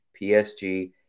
PSG